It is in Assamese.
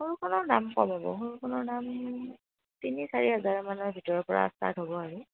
সৰুখনৰ দাম কম হ'ব সৰুখনৰ দাম তিনি চাৰি হাজাৰ মানৰ ভিতৰৰ পৰা ষ্টাৰ্ট হ'ব আৰু